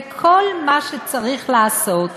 וכל מה שצריך לעשות זה,